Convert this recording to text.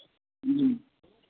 जी